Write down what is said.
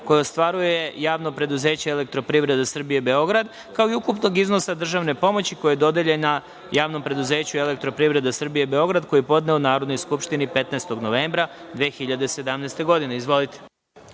koje ostvaruje Javno preduzeće Elektroprivreda Srbije Beograd, kao i ukupnog iznosa državne pomoći koja je dodeljena Javnom preduzeću Elektroprivreda Srbije Beograd, koji je podneo Narodnoj skupštini 15. novembra 2017.